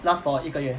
last for 一个月